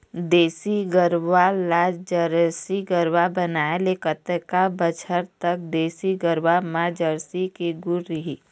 देसी गरवा ला जरसी गरवा बनाए ले कतका बछर तक देसी गरवा मा जरसी के गुण रही?